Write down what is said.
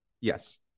Yes